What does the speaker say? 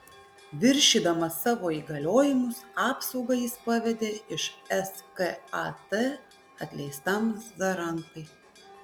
viršydamas savo įgaliojimus apsaugą jis pavedė iš skat atleistam zarankai